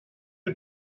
you